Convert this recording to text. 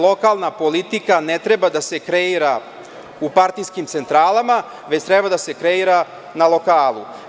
Lokalna politika ne treba da se kreira u partijskim centralama, već treba da se kreira na lokalu.